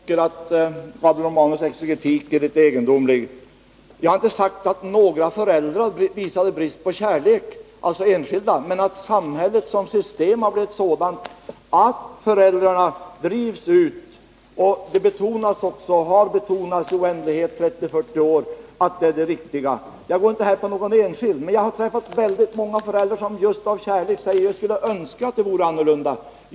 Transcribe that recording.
Herr talman! Jag tycker att Gabriel Romanus exegetik är litet egendomlig. Jag har inte sagt att enskilda föräldrar visar brist på kärlek men att samhällets system är sådant att föräldrarna drivs ut i förvärvsarbete. Det brukar också betonas — och det har betonats i oändlighet i 30-40 år — att det är det riktiga. Jag angriper inte någon enskild, men jag har träffat väldigt många föräldrar som just av kärlek till barnen sagt att de skulle önska att det vore annorlunda i samhället.